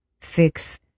fix